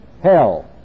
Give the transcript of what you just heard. hell